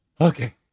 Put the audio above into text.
Okay